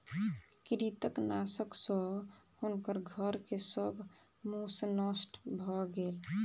कृंतकनाशक सॅ हुनकर घर के सब मूस नष्ट भ गेल